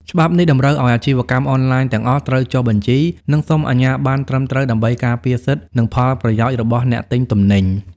ច្បាប់នេះតម្រូវឱ្យអាជីវកម្មអនឡាញទាំងអស់ត្រូវចុះបញ្ជី និងសុំអាជ្ញាបណ្ណត្រឹមត្រូវ ដើម្បីការពារសិទ្ធិ និងផលប្រយោជន៍របស់អ្នកទិញទំនិញ។